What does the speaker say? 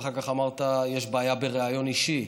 ואחר כך אמרת שיש בעיה בריאיון אישי.